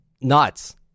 Nuts